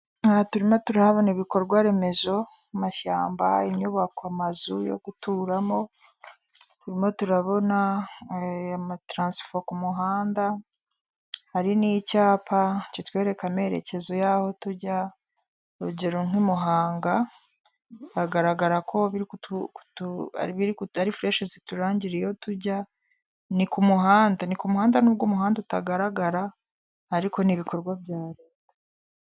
Aha turimo turahabona ibikorwa remezo; amashyamba, inyubako, amazu yo guturamo turimo turabona amataransifa ku muhanda hari n'icyapa kitwereka amerekezo yaho tujya, urugero nk'imuhanga. Biragaragara ko ari fureshi ziturangira iyo tujya ni ku muhanda ni ku muhanda n'ubwo umuhanda utagaragara ariko n'ibikorwa bya leta.